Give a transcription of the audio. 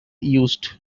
used